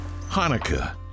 Hanukkah